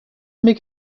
make